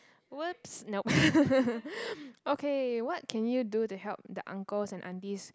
!oops! nope okay what can you do to help the uncles and aunties